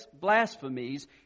blasphemies